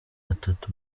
batatu